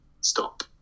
stop